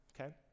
okay